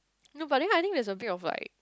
no but then I think there's a bit of like